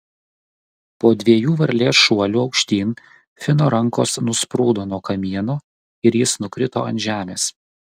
po dviejų varlės šuolių aukštyn fino rankos nusprūdo nuo kamieno ir jis nukrito ant žemės